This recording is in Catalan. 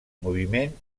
moviment